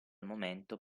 momento